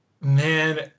Man